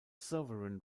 sovereign